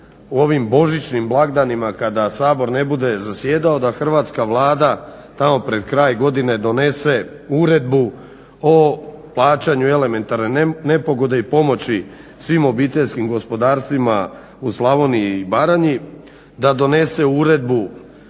u ovim božićnim blagdanima kada Sabor ne bude zasjedao da Hrvatska vlada tamo pred kraj godine donese Uredbu o plaćanju elementarne nepogode i pomoći svim obiteljskim gospodarstvima u Slavoniji i Baranji da donese uredbu